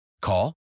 Call